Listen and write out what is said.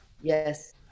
Yes